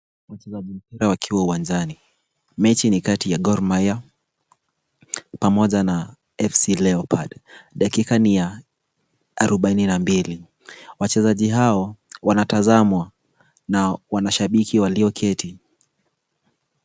Wachezaji mpira wakiwa uwanjani. Mechi ni kati ya Gor mahia na FC Leopards. Dakika ni ya 42. Wachezaji hao wanatazamwa na mashabiki walioketi.